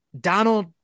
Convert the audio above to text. Donald